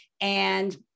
And-